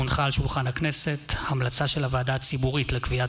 הונחה על שולחן הכנסת המלצה של הוועדה הציבורית לקביעת